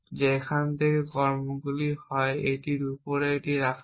যে এখান থেকে কর্মগুলি হয় এটিকে এটির উপর রাখা হয়